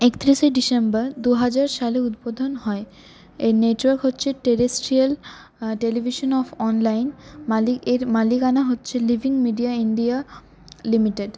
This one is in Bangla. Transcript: একত্রিশে ডিসেম্বর দু হাজার সালে উদ্বোধন হয় এর নেটওয়ার্ক হচ্ছে টেরেস্ট্রিয়াল টেলিভিশন অব অনলাইন মালিক এর মালিকানা হচ্ছে লিভিং মিডিয়া ইন্ডিয়া লিমিটেড